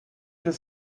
his